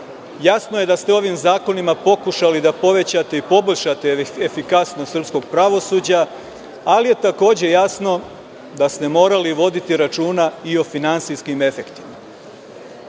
grad. Jasno je da ste ovim zakonima pokušali da povećate i poboljšate efikasnost srpskog pravosuđa, ali je takođe jasno da ste morali voditi računa i o finansijskim efektima. Ono